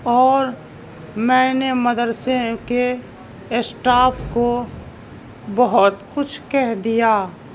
اور میں نے مدرسے کے اسٹاف کو بہت کچھ کہہ دیا